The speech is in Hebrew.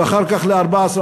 ואחר כך ל-14%.